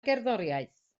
gerddoriaeth